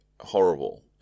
horrible